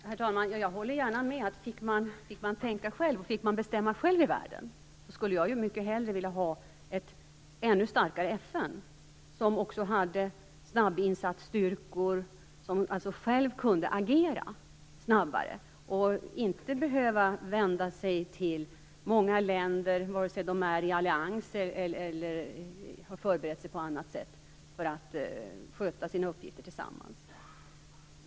Herr talman! Jag håller gärna med om att fick man tänka själv, fick man bestämma själv i världen, skulle jag mycket hellre vilja ha ett ännu starkare FN - ett FN som också hade snabbinsatsstyrkor, som själv kunde agera snabbare och inte behövde vända sig till många länder, vare sig de är i allians eller har förberett sig på annat sätt för att sköta sina uppgifter tillsammans.